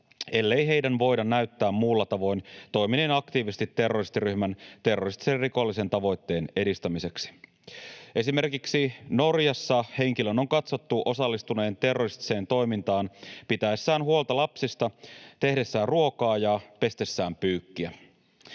ellei heidän voida näyttää muulla tavoin toimineen aktiivisesti terroristiryhmän terroristisen ja rikollisen tavoitteen edistämiseksi. Esimerkiksi Norjassa henkilön on katsottu osallistuneen terroristiseen toimintaan pitäessään huolta lapsista, tehdessään ruokaa ja pestessään pyykkiä.